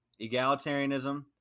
egalitarianism